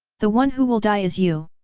the one who will die is you!